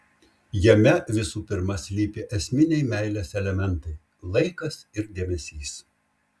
jame visų pirma slypi esminiai meilės elementai laikas ir dėmesys